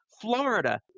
Florida